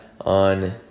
on